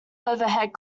overhead